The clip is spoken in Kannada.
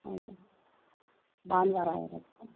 ಹೌದಾ ಭಾನುವಾರ ಇರುತ್ತಾ